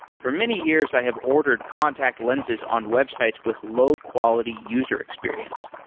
for many years i have ordered contact lenses on websites with low quality user experience.